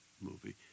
movie